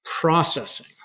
processing